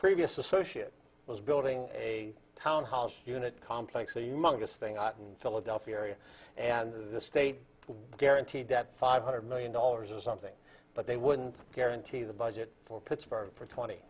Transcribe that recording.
previous associate was building a townhouse unit complex so you monk this thing out in philadelphia area and the state guaranteed that five hundred million dollars or something but they wouldn't guarantee the budget for pittsburgh for twenty